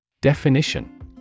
Definition